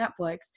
Netflix